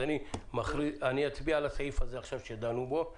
אז אני אצביע על הסעיף שדנו בו עכשיו,